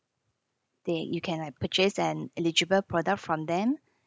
there you can like purchase an eligible product from them